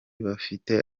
bafite